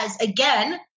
again